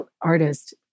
artist